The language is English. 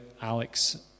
Alex